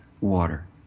water